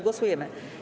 Głosujemy.